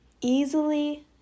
easily